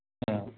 ம்